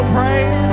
praise